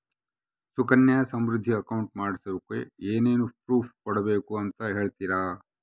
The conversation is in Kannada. ಸುಕನ್ಯಾ ಸಮೃದ್ಧಿ ಅಕೌಂಟ್ ಮಾಡಿಸೋಕೆ ಏನೇನು ಪ್ರೂಫ್ ಕೊಡಬೇಕು ಅಂತ ಹೇಳ್ತೇರಾ?